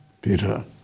Peter